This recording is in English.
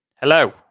Hello